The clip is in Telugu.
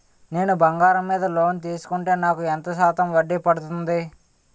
నేను బంగారం మీద లోన్ తీసుకుంటే నాకు ఎంత శాతం వడ్డీ పడుతుంది?